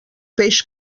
peix